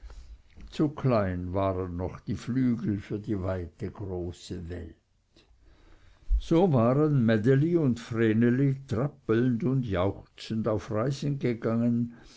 zu klein waren noch die flügel für die weite große welt so waren mädeli und vreneli trappelnd und jauchzend auf reisen gegangen